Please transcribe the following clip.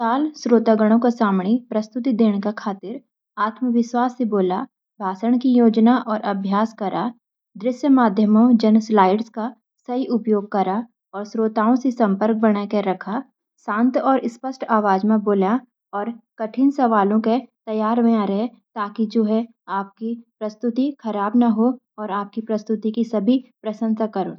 विशाल श्रोतागणों के सामने प्रस्तुति देन का खातिर, आत्मविश्वास सी बोला, भाषण की योजना और अभ्यास करा, दृश्यमाध्यमों (जैसे स्लाइड्स) का सही उपयोग करा, और श्रोताओं से संपर्क बनाए के रखा। शांत और स्पष्ट आवाज़ में बोलें, और कठिन सवालों के लिए तैयार रहें। ताकि आपकी प्रस्तुति खराब न हो और आपकी प्रस्तुति की सब प्रशंसा करूंन।